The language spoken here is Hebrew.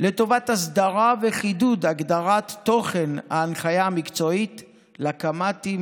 לטובת הסדרה וחידוד הגדרת תוכן ההנחיה המקצועית לקמ"טים,